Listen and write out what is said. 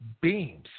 beams